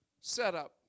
setup